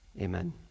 amen